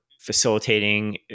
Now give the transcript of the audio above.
facilitating